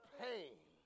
pain